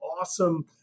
awesome